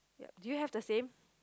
ya do you have the same